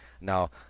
Now